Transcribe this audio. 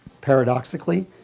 paradoxically